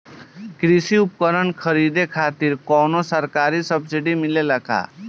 कृषी उपकरण खरीदे खातिर कउनो सरकारी सब्सीडी मिलेला की?